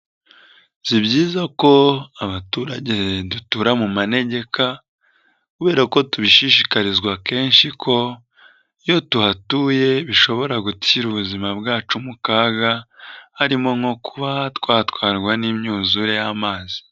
Si byiza ko abaturage dutura mu manegeka kubera ko tubishishikarizwa kenshi ko iyo tuhatuye bishobora gushyira ubuzima bwacu mu kaga, harimo nko kuba twatwarwa n'imyuzure y'amazi.